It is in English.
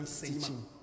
Teaching